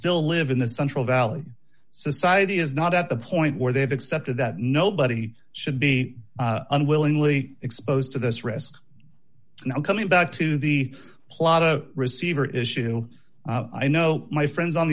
still live in the central valley society is not at the point where they have accepted that nobody should be unwillingly exposed to this risk now coming back to the plot a receiver issue i know my friends on